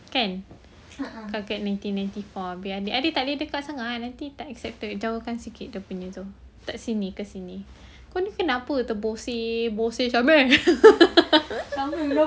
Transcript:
kan kakak nineteen ninety four habis adik adik tak payah dekat sangat ah nanti tak accepted jauhkan sikit dia punya jauh ke sini ke sini kau ni kenapa terboseh-boseh macam ni